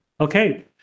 Okay